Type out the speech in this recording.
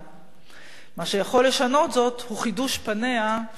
מה שיכול לשנות זאת הוא חידוש פניה של התנועה הציונית".